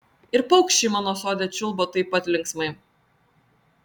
ir paukščiai mano sode čiulba taip pat linksmai